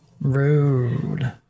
Rude